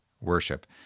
worship